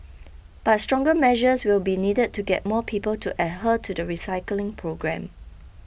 but stronger measures will be needed to get more people to adhere to the recycling program